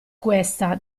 questa